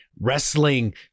Wrestling